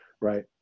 right